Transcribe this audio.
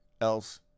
else